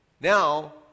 Now